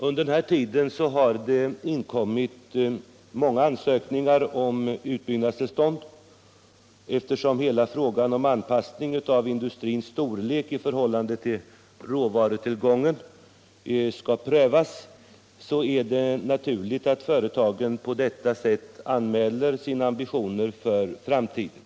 Under den här tiden har det inkommit många ansökningar om utbyggnadstillstånd. Eftersom frågan om industrins anpassning till råvarutillgången skall prövas är det naturligt att företagen anmäler sina ambitioner för framtiden.